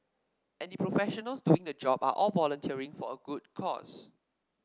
and the professionals doing the job are all volunteering for a good cause